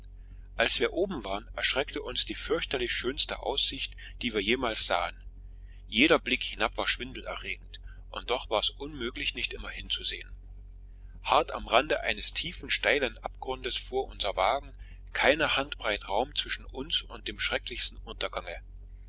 als wir oben waren erschreckte uns die fürchterlich schönste ansicht die wir jemals sahen jeder blick hinab war schwindelerregend und doch war's unmöglich nicht immer hinzusehen hart am rande eines tiefen steilen abgrunds fuhr unser wagen keine handbreit raum zwischen uns und dem schrecklichsten untergange